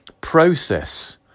process